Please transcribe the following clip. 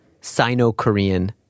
Sino-Korean